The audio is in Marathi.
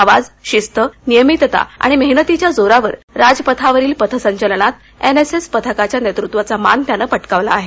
आवाज शिस्त नियमितता आणि मेहनतीच्या जोरावर राजपथावरील पथसंचलनात एनएसएस पथकाच्या नेतृत्वाचा मान त्याने पटकवला आहे